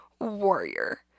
warrior